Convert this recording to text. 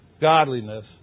godliness